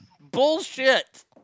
Bullshit